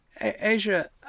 Asia